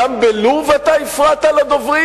גם בלוב אתה הפרעת לדוברים,